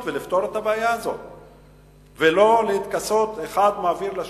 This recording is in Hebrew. ולפתור את הבעיה ולא לכסות האחד את השני,